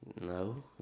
No